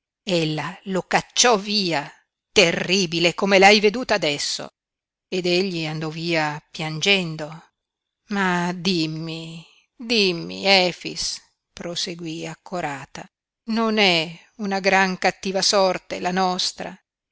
predu ella lo cacciò via terribile come l'hai veduta adesso ed egli andò via piangendo ma dimmi dimmi efix proseguí accorata non è una gran cattiva sorte la nostra